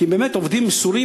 כי באמת הם עובדים מסורים,